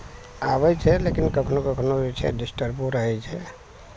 आबै छै लेकिन कखनो कखनो जे छै डिस्टर्बो रहै छै